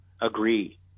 agree